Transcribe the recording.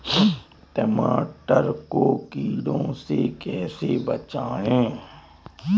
टमाटर को कीड़ों से कैसे बचाएँ?